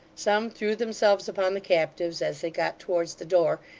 some threw themselves upon the captives as they got towards the door,